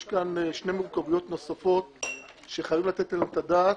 יש כאן שתי מורכבויות נוספות שחייבים לתת עליהן את הדעת,